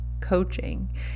coaching